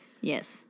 Yes